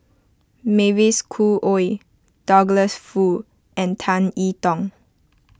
Mavis Khoo Oei Douglas Foo and Tan I Tong